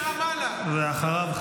ואחריו,